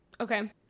Okay